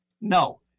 No